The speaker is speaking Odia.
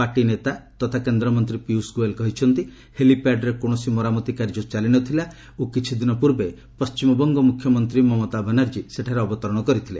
ପାର୍ଟି ନେତା ତଥା କେନ୍ଦ୍ରମନ୍ତ୍ରୀ ପିୟୁଷ ଗୋୟଲ୍ କହିଛନ୍ତି ହେଲିପ୍ୟାଡ୍ରେ କୌଣସି ମରାମତି କାର୍ଯ୍ୟ ଚାଲି ନ ଥିଲା ଓ କିଛିଦିନ ପୂର୍ବେ ପଣ୍ଢିମବଙ୍ଗ ମୁଖ୍ୟମନ୍ତ୍ରୀ ମମତା ବାନାର୍ଜୀ ସେଠାରେ ଅବତରଣ କରିଥିଲେ